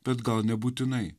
bet gal nebūtinai